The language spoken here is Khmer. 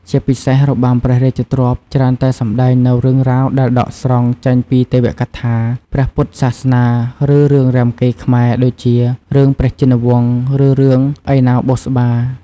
ជាពិសេស របាំព្រះរាជទ្រព្យច្រើនតែសម្ដែងនូវ រឿងរ៉ាវដែលដកស្រង់ចេញពីទេវកថា ព្រះពុទ្ធសាសនា ឬរឿងរាមកេរ្តិ៍ខ្មែរ ដូចជា រឿងព្រះជិនវង្ស ឬរឿងឥណាវបុស្សបា។